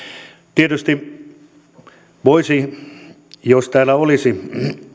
tietysti voisi kysyä jos elinkeinoministeri täällä olisi